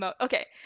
okay